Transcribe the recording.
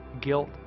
guilt